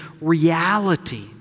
reality